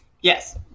Yes